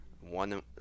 one